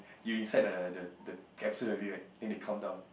you inside the the the capsule already right then they count down